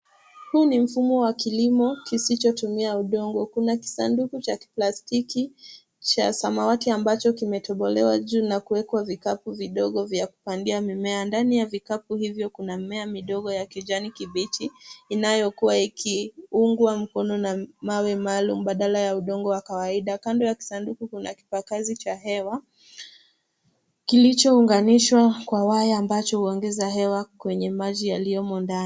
Huu ni mfumo wa kilimo kisichotumia udongo ,kuna kisanduku cha kiplastiki cha samawati ambacho kimetobolewa juu na kuwekwa vikapu vidogo vya kupandia mimea, ndani ya vikapu hivyo kuna mmea midogo ya kijani kibichi inayokuwa ikiungwa mkono na mawe maalumu badala ya udongo wa kawaida, kando ya kisanduku kuna kipakazi cha hewa kilichounganishwa kwa waya ambacho huongeza hewa kwenye maji yaliyomo ndani.